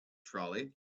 trolley